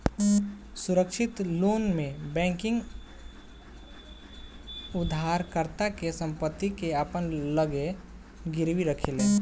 सुरक्षित लोन में बैंक उधारकर्ता के संपत्ति के अपना लगे गिरवी रखेले